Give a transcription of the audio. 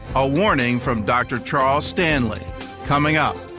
a warning from dr. charles stanley coming up.